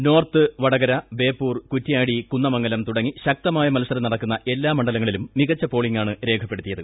ന്ദ്രോർത്ത് വടകര ബേപ്പൂർ കുറ്റ്യാടി കുന്നമംഗലം തുടങ്ങി പ്രശ്ക്ത്മായ മത്സരം നടക്കുന്ന എല്ലാ മണ്ഡലങ്ങളിലും മികച്ച പ്പോളിംഗാണ് രേഖപ്പെടുത്തിയത്